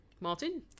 Martin